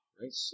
right